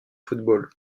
football